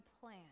plan